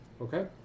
Okay